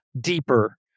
deeper